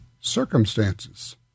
circumstances